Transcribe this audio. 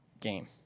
game